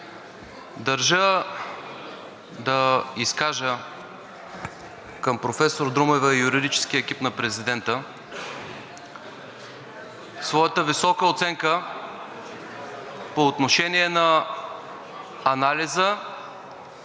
държа да изкажа към професор Друмева и юридическия екип на президента своята висока оценка по отношение на анализа,